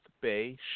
Bay